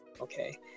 okay